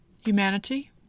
humanity